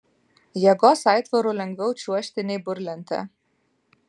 jėgos aitvaru lengviau čiuožti nei burlente